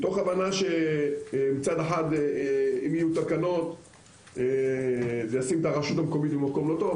הייתה הבנה שאם יהיו תקנות זה ישים את הרשות המקומית במקום לא טוב,